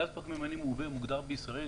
גז פחמימני מעובה מוגדר בישראל,